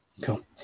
Cool